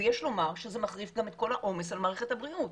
ויש לומר שזה מחריף גם את כל העומס על מערכת הבריאות.